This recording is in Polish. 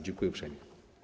Dziękuję uprzejmie.